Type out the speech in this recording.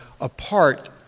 apart